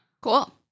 cool